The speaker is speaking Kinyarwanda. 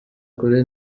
kure